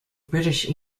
british